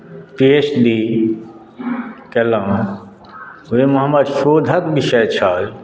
पी H D कयलहुँ ओहिमे हमर शोधक विषय छल